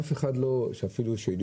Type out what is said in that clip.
אף אחד לא מגיע,